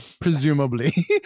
presumably